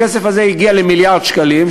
הכסף הזה הגיע למיליארד שקלים,